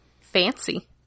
Fancy